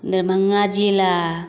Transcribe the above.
दरभंगा जिला